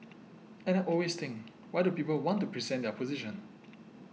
and I always think why do people want to present their position